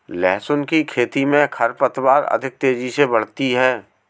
लहसुन की खेती मे खरपतवार अधिक तेजी से बढ़ती है